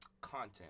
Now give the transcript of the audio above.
content